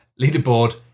leaderboard